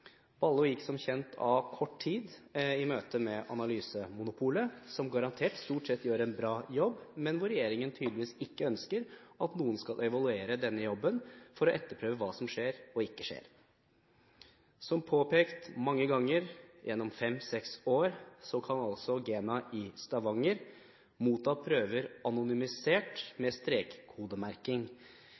Ballo gikk som kjent av etter kort tid i møte med analysemonopolet – som garantert stort sett gjør en bra jobb – men regjeringen ønsker tydeligvis ikke at noen skal evaluere denne jobben for å etterprøve hva som skjer, og ikke skjer. Som påpekt mange ganger gjennom fem–seks år: GENA i Stavanger kan altså motta prøver, anonymisert, med strekkodemerking.